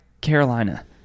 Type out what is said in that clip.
Carolina